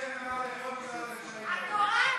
התורה,